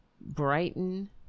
Brighton